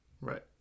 Right